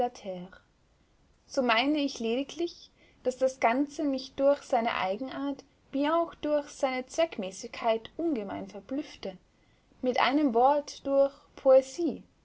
so meine ich lediglich daß das ganze mich durch seine eigenart wie auch durch seine zweckmäßigkeit ungemein verblüffte mit einem wort durch poesie